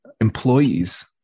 employees